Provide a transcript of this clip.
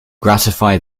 gratify